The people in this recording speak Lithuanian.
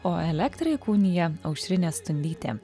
o elektrą įkūnija aušrinė stundytė